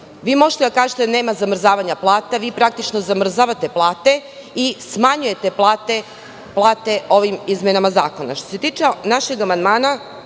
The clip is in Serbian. Možete da kažete da nema zamrzavanje plata. Praktično zamrzavate plate i smanjujete plate ovim izmenama Zakona. Što se tiče našeg amandmana